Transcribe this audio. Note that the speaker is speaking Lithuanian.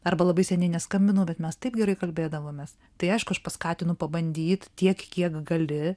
arba labai seniai neskambinau bet mes taip gerai kalbėdavomės tai aišku aš paskatinu pabandyt tiek kiek gali